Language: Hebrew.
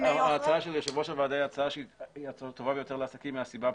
ההצעה של יושב ראש הוועדה היא הטובה ביותר לעסקים מהסיבה הפשוטה.